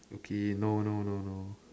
okay no no no no